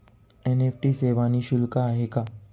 NEFT सेवा निःशुल्क आहे का?